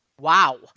Wow